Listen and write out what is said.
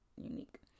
unique